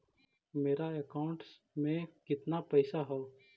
मेरा अकाउंटस में कितना पैसा हउ?